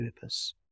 purpose